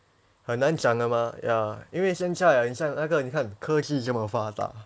很难讲的嘛 ya 因为现在那个你看科技这么发达